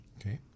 Okay